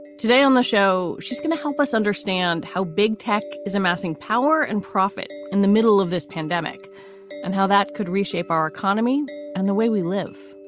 today on the show, she's going to help us understand how big tech is amassing power and profit in the middle of this pandemic and how that could reshape our economy and the way we live.